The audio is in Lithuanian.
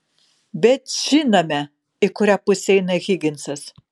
bet žinome į kurią pusę eina higinsas